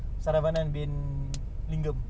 sarabanan bin lingam